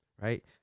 right